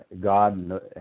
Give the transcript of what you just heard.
God